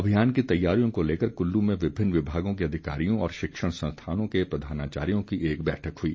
अभियान की तैयारियों को लेकर कल्लू में विभिन्न विभागों के अधिकारियों और शिक्षण संस्थानों के प्रधानाचार्यों की एक बैठक हुई